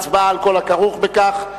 הצבעה על כל הכרוך בכך,